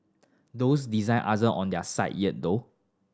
those design aren't on their site yet though